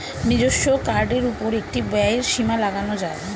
নিজস্ব কার্ডের উপর একটি ব্যয়ের সীমা লাগানো যায়